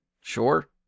Sure